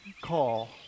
call